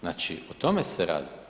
Znači o tome se radi.